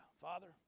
Father